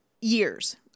years